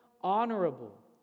honorable